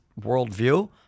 worldview